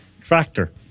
Tractor